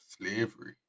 slavery